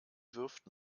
wirft